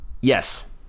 Yes